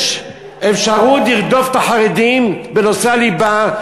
יש אפשרות לרדוף את החרדים בנושא הליבה,